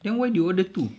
then why do you order two